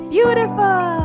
Beautiful